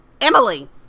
Emily